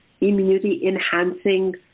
immunity-enhancing